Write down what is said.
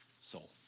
soul